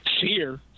fear